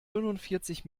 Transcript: fünfundvierzig